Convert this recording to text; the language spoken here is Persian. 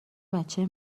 بچه